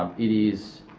um it is